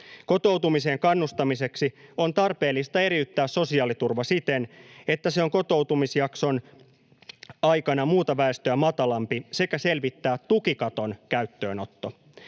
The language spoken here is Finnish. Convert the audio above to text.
Kotoutumiseen kannustamiseksi on tarpeellista eriyttää sosiaaliturva siten, että se on kotoutumisjakson aikana muuta väestöä matalampi, sekä selvittää tukikaton käyttöönotto.